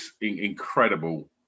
incredible